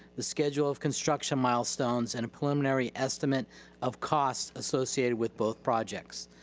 the schedule of construction milestones and a preliminary estimate of costs associated with both projects.